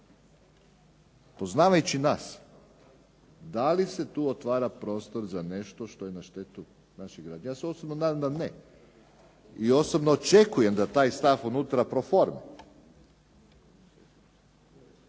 Poznavajući nas, da li se tu otvara prostor za nešto što je na štetu naših građana. Ja se osobno nadam da ne i osobno očekujem da taj stav unutra proformi.